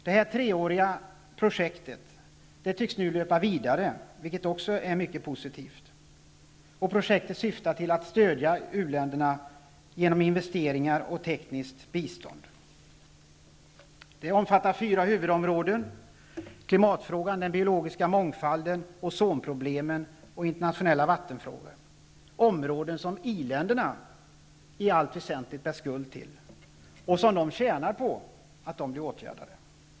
Det här treåriga projektet tycks nu löpa vidare, vilket också är mycket positivt. Projektet syftar till att stödja uländerna genom investeringar och tekniskt bistånd. Det omfattar fyra huvudområden: klimatfrågan, den bilogiska mångfalden, ozonproblemen och internationella vattenfrågor. Detta är områden där i-länderna i allt väsentligt bär skulden till problemen, och i-länderna tjänar också på att problemen åtgärdas.